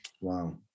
Wow